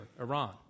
Iran